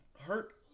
Hurt